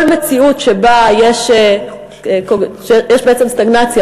כל מציאות שבה יש בעצם סטגנציה,